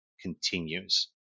continues